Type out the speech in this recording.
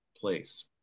place